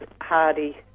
hardy